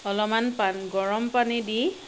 অলমান পা গৰম পানী দি